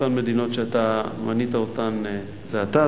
אותן מדינות שאתה מנית אותן זה עתה,